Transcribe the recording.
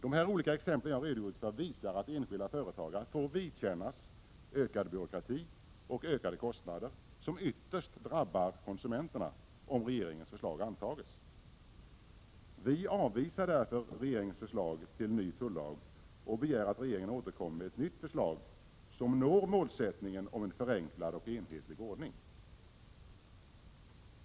De exempel jag redogjort för visar att enskilda företagare får vidkännas ökad byråkrati och ökade kostnader, som ytterst drabbar konsumenterna, om regeringens förslag antas. Vi avvisar därför regeringens förslag till ny tullag och begär att regeringen återkommer med ett nytt förslag, som når målet om en förenklad och enhetlig ordning.